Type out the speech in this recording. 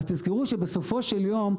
תזכרו שבסופו של יום,